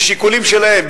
משיקולים שלהם,